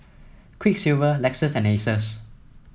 Quiksilver Lexus and Asos